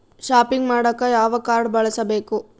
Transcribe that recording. Shopping ಮಾಡಾಕ ಯಾವ card ಬಳಸಬೇಕು?